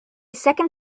second